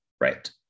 Right